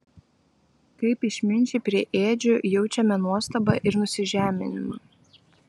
kaip išminčiai prie ėdžių jaučiame nuostabą ir nusižeminimą